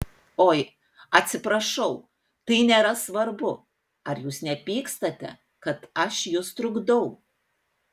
oi atsiprašau tai nėra svarbu ar jūs nepykstate kad aš jus trukdau